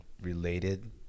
related